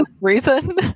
reason